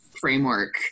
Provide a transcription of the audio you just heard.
framework